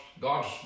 God's